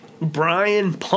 Brian